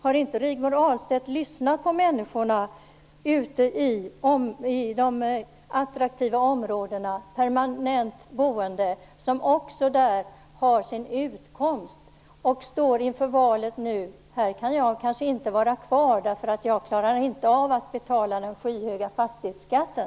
Har Rigmor Ahlstedt inte lyssnat på de permanent boende människorna ute i de attraktiva områdena, som där också har sin utkomst och nu står inför valet att de kanske inte kan bo kvar på grund av att de inte klarar av att betala den skyhöga fastighetsskatten.